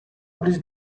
blij